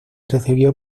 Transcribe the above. recibió